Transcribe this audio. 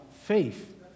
faith